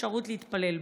האפשרות להתפלל בו.